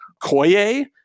Koye